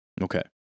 Okay